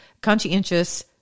conscientious